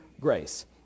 grace